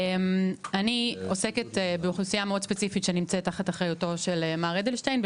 אני עוסקת באוכלוסייה מאוד ספציפית שנמצאת תחת אחריותו של מר אדלשטיין,